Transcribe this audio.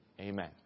amen